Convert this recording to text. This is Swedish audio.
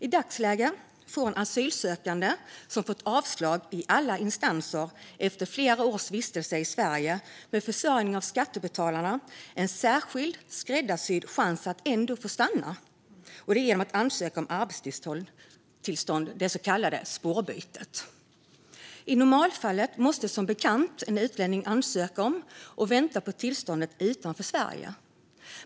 I dagsläget får en asylsökande som fått avslag i alla instanser, efter flera års vistelse i Sverige med försörjning av skattebetalarna, en särskild skräddarsydd chans att ändå få stanna genom att ansöka om arbetstillstånd, det så kallade spårbytet. I normalfallet måste som bekant en utlänning ansöka om och vänta på tillståndet utanför Sverige.